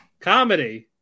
comedy